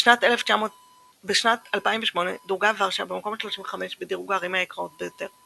בשנת 2008 דורגה ורשה במקום ה-35 בדירוג הערים היקרות ביותר.